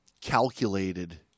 calculated